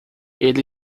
ele